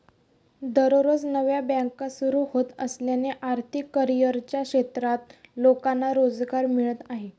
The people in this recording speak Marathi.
दररोज नव्या बँका सुरू होत असल्याने आर्थिक करिअरच्या क्षेत्रात लोकांना रोजगार मिळत आहे